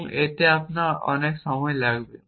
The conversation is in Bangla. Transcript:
এবং এতে আপনার অনেক সময় লাগবে